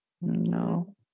No